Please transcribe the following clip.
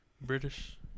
British